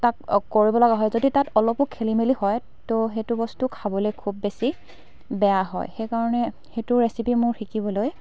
তাক কৰিব লগা হয় যদি তাত অলপো খেলিমেলি হয় তো সেইটো বস্তু খাবলৈ খুব বেছি বেয়া হয় সেই কাৰণে সেইটো ৰেচিপি মোৰ শিকিবলৈ